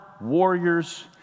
warriors